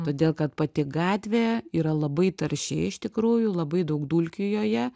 todėl kad pati gatvė yra labai tarši iš tikrųjų labai daug dulkių joje